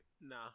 nah